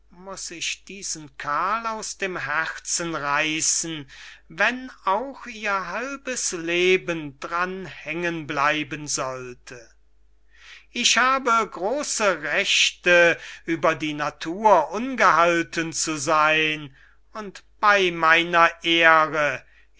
muß ich diesen karl aus dem herzen reissen wenn auch ihr halbes leben dran hängen bleiben sollte ich habe große rechte über die natur ungehalten zu seyn und bei meiner ehre